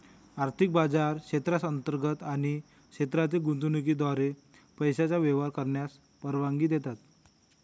आर्थिक बाजार क्षेत्रांतर्गत आणि क्षेत्रातील गुंतवणुकीद्वारे पैशांचा प्रवाह करण्यास परवानगी देतात